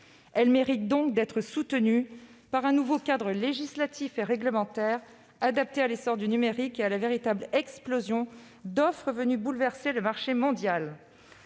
filière mérite donc d'être soutenue par un nouveau cadre législatif et réglementaire, adapté à l'essor du numérique et à la véritable explosion d'offres venues bouleverser le marché mondial.